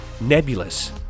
nebulous